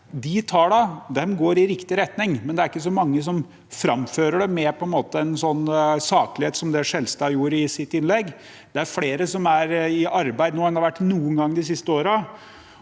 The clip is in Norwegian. De tallene går i riktig retning, men det er ikke så mange som framfører det med en sånn saklighet som det Skjelstad gjorde i sitt innlegg. Det er flere som er i arbeid nå enn det har vært noen gang de siste årene,